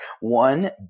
one